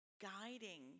guiding